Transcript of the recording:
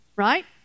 right